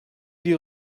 die